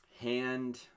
hand